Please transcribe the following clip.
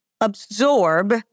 absorb